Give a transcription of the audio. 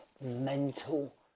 mental